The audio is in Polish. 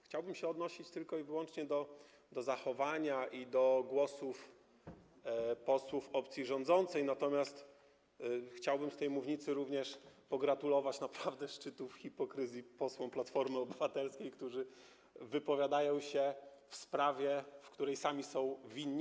Chciałbym się odnosić tylko i wyłącznie do zachowania i do głosów posłów opcji rządzącej, natomiast chcę również z tej mównicy pogratulować naprawdę szczytów hipokryzji posłom Platformy Obywatelskiej, którzy wypowiadają się w sprawie, w której sami są winni.